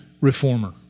reformer